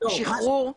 שחרור לחופשות?